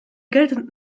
geltend